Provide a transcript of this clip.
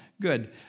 good